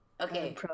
Okay